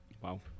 Wow